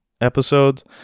episodes